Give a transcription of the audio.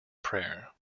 prayer